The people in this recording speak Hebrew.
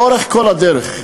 לאורך כל הדרך.